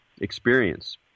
experience